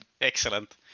Excellent